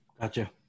Gotcha